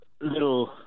little